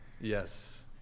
yes